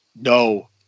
No